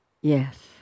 Yes